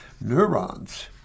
Neurons